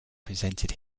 presented